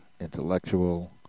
intellectual